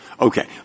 Okay